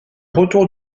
retour